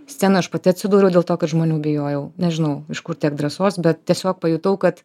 scenoj aš pati atsidūriau dėl to kad žmonių bijojau nežinau iš kur tiek drąsos bet tiesiog pajutau kad